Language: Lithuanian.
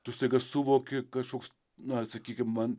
tu staiga suvoki kažkoks na sakykim man